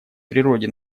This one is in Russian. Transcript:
природе